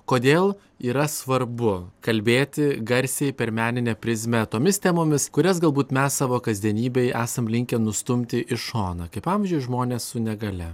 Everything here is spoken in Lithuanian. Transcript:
kodėl yra svarbu kalbėti garsiai per meninę prizmę tomis temomis kurias galbūt mes savo kasdienybėj esam linkę nustumti į šoną kaip amžiuj žmonės su negalia